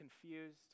confused